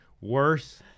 worse